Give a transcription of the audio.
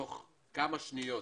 תוך כמה שניות